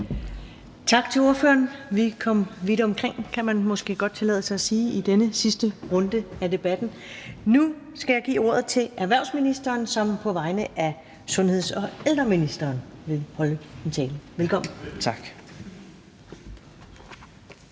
Tak til ordføreren. Vi kom vidt omkring, kan man måske godt tillade sig at sige, i denne sidste runde af debatten. Nu skal jeg give ordet til erhvervsministeren, som på vegne af sundheds- og ældreministeren vil holde en tale. Velkommen. Kl.